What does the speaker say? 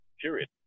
period